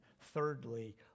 thirdly